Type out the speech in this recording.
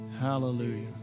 Hallelujah